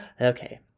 Okay